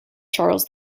charles